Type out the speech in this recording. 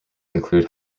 include